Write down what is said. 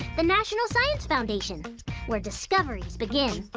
the national science foundation where discoveries begin!